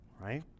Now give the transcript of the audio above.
right